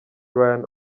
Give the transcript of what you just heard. ryan